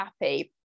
happy